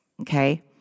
okay